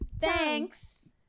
thanks